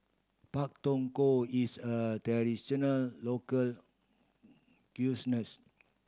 Pak Thong Ko is a traditional local